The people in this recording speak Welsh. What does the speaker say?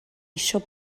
eisiau